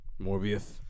Morbius